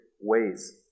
ways